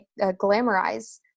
glamorize